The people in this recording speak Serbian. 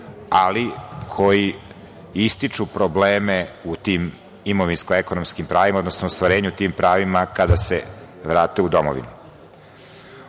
ali koji ističu probleme u tim imovinsko-ekonomskim pravima, odnosno ostvarenju tih prava kada se vrate u domovinu.U